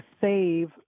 save